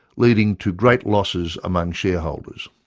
leading to great losses among shareholders.